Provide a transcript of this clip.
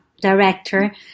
director